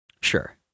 Sure